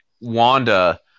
Wanda